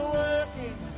working